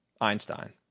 Einstein